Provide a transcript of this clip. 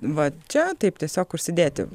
va čia taip tiesiog užsidėti